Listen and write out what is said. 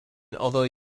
although